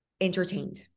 entertained